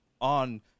on